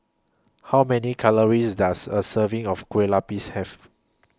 How Many Calories Does A Serving of Kueh Lupis Have